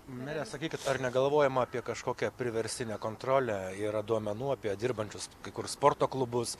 mere sakykit ar negalvojama apie kažkokią priverstinę kontrolę yra duomenų apie dirbančius kai kur sporto klubus